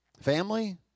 Family